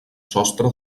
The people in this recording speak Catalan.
sostre